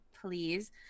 please